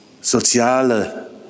soziale